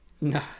No